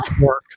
work